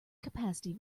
capacity